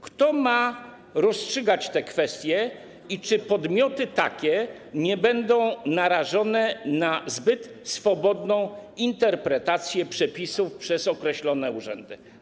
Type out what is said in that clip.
Kto ma rozstrzygać te kwestie i czy podmioty takie nie będą narażone na zbyt swobodną interpretację przepisów przez określone urzędy?